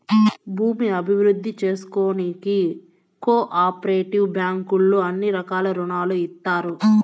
భూమి అభివృద్ధి చేసుకోనీకి కో ఆపరేటివ్ బ్యాంకుల్లో అన్ని రకాల రుణాలు ఇత్తారు